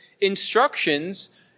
instructions